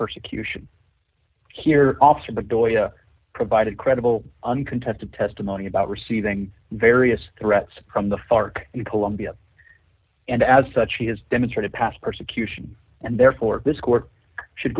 persecution here also but boy provided credible uncontested testimony about receiving various threats from the fark in colombia and as such he has demonstrated past persecution and therefore this court should